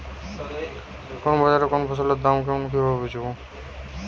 কোন বাজারে কোন ফসলের দাম কেমন কি ভাবে বুঝব?